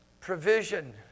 provision